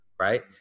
Right